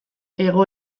hego